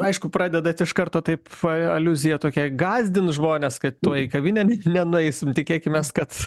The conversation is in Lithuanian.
aišku pradedat iš karto taip aliuzija tokia gąsdint žmones kad tuoj į kavinę nenueisim tikėkimės kad